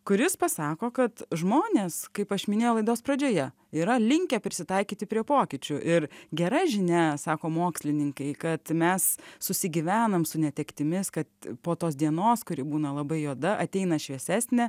kuris pasako kad žmonės kaip aš minėjau laidos pradžioje yra linkę prisitaikyti prie pokyčių ir gera žinia sako mokslininkai kad mes susigyvenam su netektimis kad po tos dienos kuri būna labai juoda ateina šviesesnė